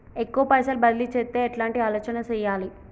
ఎక్కువ పైసలు బదిలీ చేత్తే ఎట్లాంటి ఆలోచన సేయాలి?